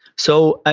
so,